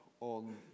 on